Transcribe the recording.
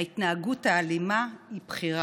ההתנהגות האלימה היא בחירה.